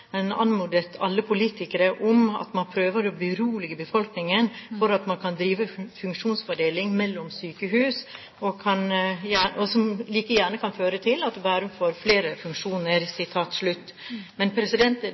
alle politikere om at man prøver å berolige befolkningen, for det at man driver med funksjonsfordeling mellom sykehus, kan like gjerne føre til at Bærum kan få flere funksjoner. Men